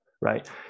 right